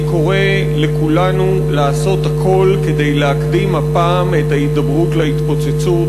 אני קורא לכולנו לעשות הכול כדי להקדים הפעם את ההידברות להתפוצצות,